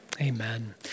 Amen